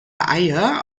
eier